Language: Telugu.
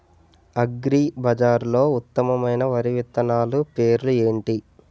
అగ్రిబజార్లో ఉత్తమమైన వరి విత్తనాలు పేర్లు ఏంటి?